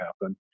happen